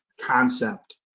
concept